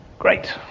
Great